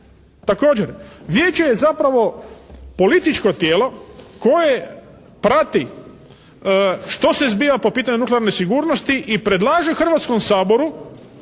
Također vijeće je zapravo političko tijelo koje prati što se zbiva po pitanju nuklearne sigurnosti i predlaže Hrvatskom saboru